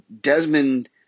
Desmond